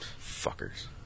Fuckers